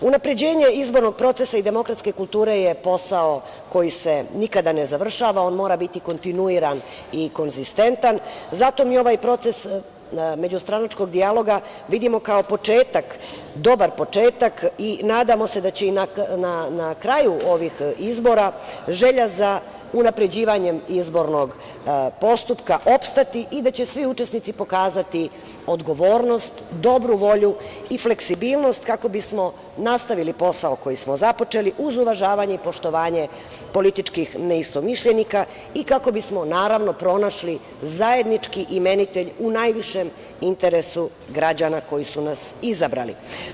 Unapređenje izbornog procesa i demokratske kulture je posao koji se nikada ne završava, on mora biti kontinuiran i konzistentan, zato mi ovaj proces međustranačkog dijaloga vidimo kao početak, dobar početak i nadamo se da će i na kraju ovih izbora želja za unapređivanjem izbornog postupka opstati i da će svi učesnici pokazati odgovornost, dobru volju i fleksibilnost kako bismo nastavili posao koji smo započeli uz uvažavanje i poštovanje političkih neistomišljenika i kako bismo naravno pronašli zajednički imenitelj u najvišem interesu građana koji su nas izabrali.